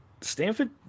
Stanford